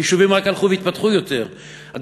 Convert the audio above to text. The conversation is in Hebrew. יישובים רק הלכו והתפתחו יותר ויותר.